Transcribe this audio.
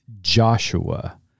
Joshua